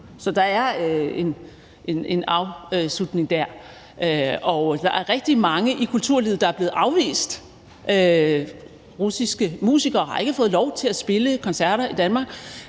Så der er en afslutning dér. Og der er rigtig mange i kulturlivet, der er blevet afvist. Russiske musikere har ikke fået lov til at spille koncerter i Danmark,